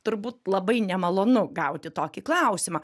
turbūt labai nemalonu gauti tokį klausimą